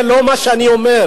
זה לא מה שאני אומר.